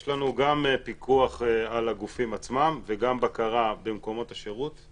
יש לנו גם פיקוח על הגופים עצמם וגם בקרה במקומות השירות.